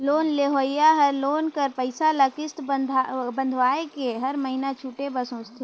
loan लेहोइया हर loan कर पइसा ल किस्त बंधवाए के हर महिना छुटे बर सोंचथे